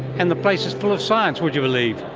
and the place is full of science, would you believe.